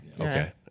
Okay